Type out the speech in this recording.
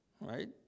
right